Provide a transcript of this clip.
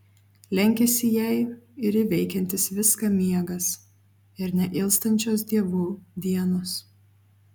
lenkiasi jai ir įveikiantis viską miegas ir neilstančios dievų dienos